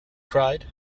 cried